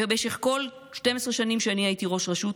במשך כל 12 השנים שבהן אני הייתי ראש רשות,